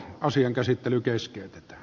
asian käsittely keskeytetään